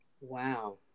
wow